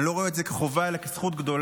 אני לא רואה את זה כחובה אלא כזכות גדולה,